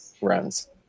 runs